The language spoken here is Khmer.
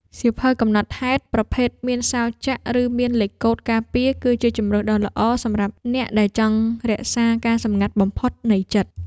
សៀវភៅកំណត់ហេតុប្រភេទមានសោរចាក់ ឬមានលេខកូដការពារ គឺជាជម្រើសដ៏ល្អសម្រាប់អ្នកដែលចង់រក្សាការសម្ងាត់បំផុតនៃចិត្ត។